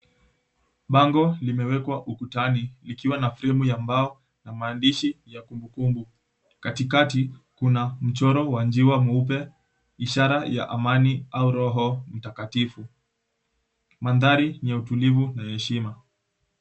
Bango limewekwa ukutani likiwa na fremu ya mbao na maandishi ya kumbukumbu. Katikati kuna mchoro wa njiwa mweupe, ishara ya amani au roho mtakatifu. Mandhari ni ya utulivu na ya heshima.